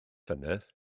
llynedd